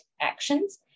actions